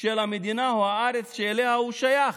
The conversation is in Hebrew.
של המדינה או הארץ שאליה הוא שייך"